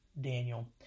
Daniel